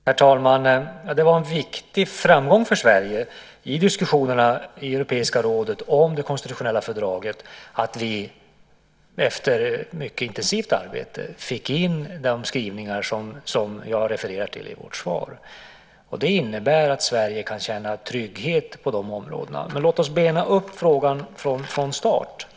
Herr talman! Det var en viktig framgång för Sverige i diskussionerna i Europeiska rådet om det konstitutionella fördraget att vi efter mycket intensivt arbete fick in de skrivningar jag refererade till i mitt svar. Det innebär att Sverige kan känna trygghet på de områdena. Låt oss bena upp frågan från start.